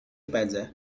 panza